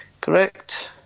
Correct